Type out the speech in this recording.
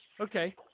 Okay